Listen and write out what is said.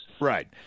Right